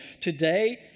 Today